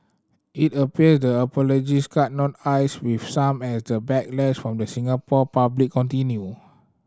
it appear the apologies cut no ice with some as the backlash from the Singapore public continued